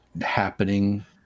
happening